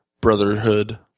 brotherhood